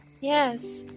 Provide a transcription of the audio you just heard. Yes